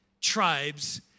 tribes